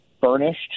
furnished